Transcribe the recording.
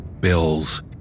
Bill's